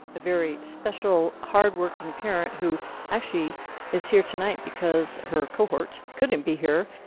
a very special, hardworking parent who actually is here tonight because her cohort couldn't be here.